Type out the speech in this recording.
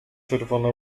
czerwone